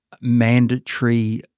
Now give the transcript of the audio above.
mandatory